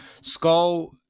skull